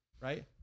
Right